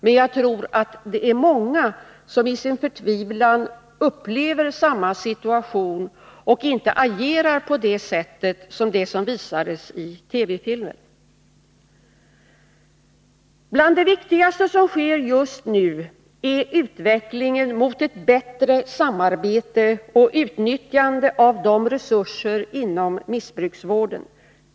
Men jag tror att många i sin förtvivlan upplever samma situation och inte agerar på det sätt som socialarbetaren i TV-filmen gjorde. Bland det viktigaste som sker just nu är utvecklingen mot ett bättre samarbete och utnyttjande av resurser inom missbruksvården.